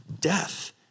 death